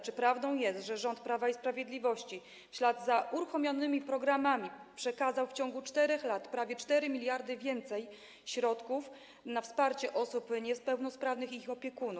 Czy prawdą jest, że rząd Prawa i Sprawiedliwości w ślad za uruchomionymi programami przekazał w ciągu 4 lat prawie 4 mld środków więcej na wsparcie osób niepełnosprawnych i ich opiekunów?